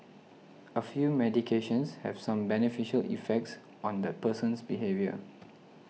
a few medications have some beneficial effects on the person's behaviour